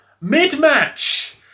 Mid-match